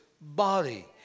body